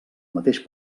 mateix